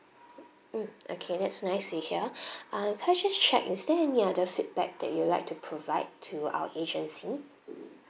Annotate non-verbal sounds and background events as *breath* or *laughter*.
mm okay that's nice to hear *breath* err could I just check is there any other feedback that you'll like to provide to our agency